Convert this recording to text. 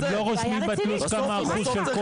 הם לא רושמים בתלוש כמה אחוז של כל צד.